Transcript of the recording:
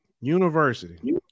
University